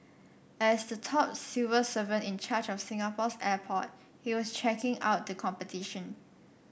as the top civil servant in charge of Singapore's airport he was checking out the competition